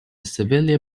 civilian